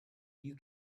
you